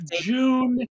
June